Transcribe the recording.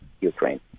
Ukraine